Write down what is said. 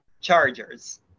Chargers